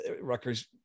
Rutgers